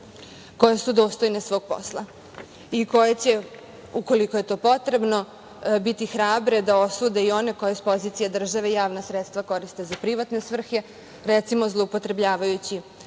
koje su dostojne svog posla i koje će, ukoliko je to potrebno, biti hrabre da osude i one koji s pozicije države javna sredstva koriste za privatne svrhe, recimo, zloupotrebljavajući